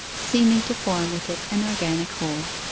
seeming to form with it an organic whole.